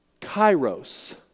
Kairos